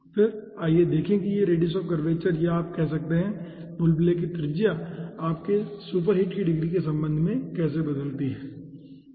फिर आइए देखें कि यह रेडियस ऑफ़ कर्वेचर या आप कह सकते हैं कि बुलबुले की त्रिज्या आपके सुपरहीट की डिग्री के संबंध में कैसे बदलती है ठीक है